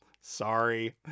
Sorry